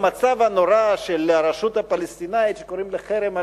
במצב הנורא של הרשות הפלסטינית שקוראים שם לחרם על